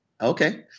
Okay